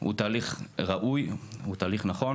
הוא תהליך ראוי ונכון.